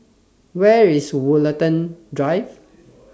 Where IS Woollerton Drive